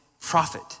profit